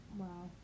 wow